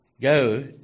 go